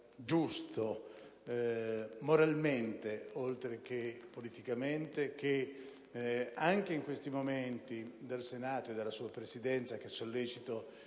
giusto moralmente, oltre che politicamente, che, anche in questi momenti, dal Senato e dalla sua Presidenza - che sollecito